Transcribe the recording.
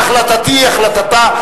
והחלטתי היא החלטה,